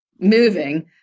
moving